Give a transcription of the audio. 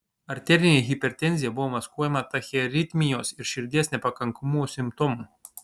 arterinė hipertenzija buvo maskuojama tachiaritmijos ir širdies nepakankamumo simptomų